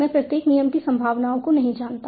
मैं प्रत्येक नियम की संभावनाओं को नहीं जानता